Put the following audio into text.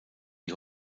die